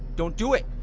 don't do it.